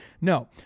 no